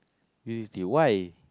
Vivo-city why